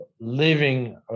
living